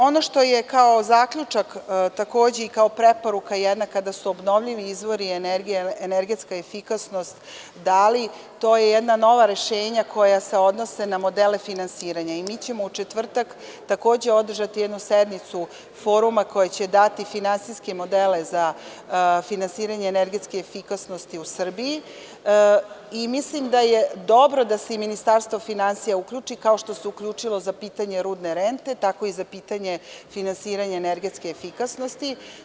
Ono što je kao zaključak, takođe i kao preporuka jedna kada su obnovljivi izvori energije i energetska efikasnost dali, to su jedna nova rešenja koja se odnose na modele finansiranja i mi ćemo u četvrtak takođe održati jednu sednicu foruma koja će dati finansijske modele za finansiranje energetske efikasnosti u Srbiji i mislim da je dobro da se Ministarstvo finansija uključi, kao što se uključilo za pitanje rudne rente, tako i za pitanje finansiranja energetske efikasnosti.